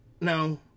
no